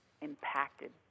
impacted